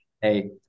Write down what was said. Hey